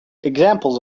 examples